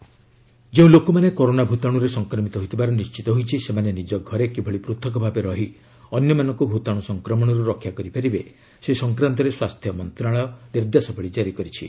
health advisory ଯେଉଁ ଲୋକମାନେ corona ଭୂତାଶୁରେ ସଂକ୍ରମିତ ହୋଇଥିବାର ନିର୍ଣ୍ଣିତ ହୋଇଛି ସେମାନେ ନିଜ ଘରେ କିଭଳି ପୃଥକ ଭାବେ ରହି ଅନ୍ୟମାନଙ୍କୁ ଭୂତାଣୁ ସଂକ୍ରମଣରୁ ରକ୍ଷା କରିପାରିବେ ସେ ସଂକ୍ରାନ୍ତରେ ସ୍ୱାସ୍ଥ୍ୟ ମନ୍ତ୍ରଣାଳୟ ନିର୍ଦ୍ଦେଶାବଳୀ କାରି କରିଛି